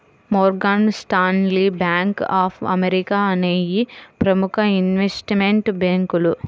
Morgan Stanley, bank of America అనేయ్యి ప్రముఖ investment బ్యేంకులు